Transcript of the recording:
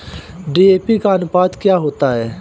DAP का अनुपात क्या होता है?